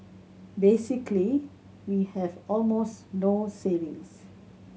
basically we have almost no savings